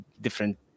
different